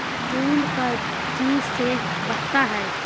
फूल का चीज से बढ़ता है?